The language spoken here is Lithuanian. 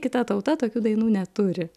kita tauta tokių dainų neturi